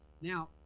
Now